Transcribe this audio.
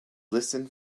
listen